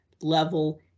level